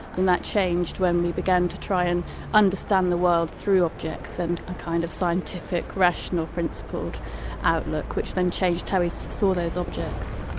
and that changed when we began to try and understand the world through objects and a kind of scientific rational principled outlook, which then changed how we saw those objects.